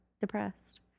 depressed